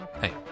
Hey